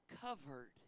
covered